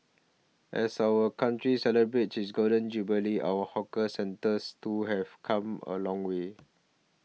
as our country celebrates its Golden Jubilee our hawker centres too have come a long way